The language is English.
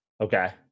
Okay